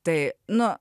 tai nu